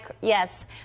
yes